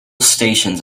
stations